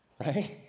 Right